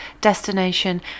destination